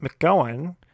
McGowan